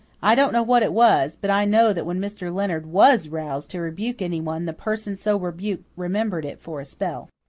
i don't know what it was, but i know that when mr. leonard was roused to rebuke anyone the person so rebuked remembered it for a spell.